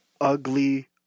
ugly